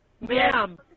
Ma'am